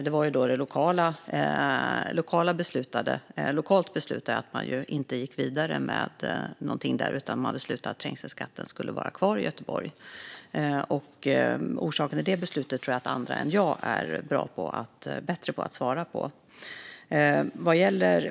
Det lokala beslutet var att inte gå vidare med det, utan man beslutade att trängselskatten i Göteborg skulle vara kvar. Vad som var orsaken till det beslutet tror jag att det finns andra som kan svara bättre på än jag.